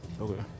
Okay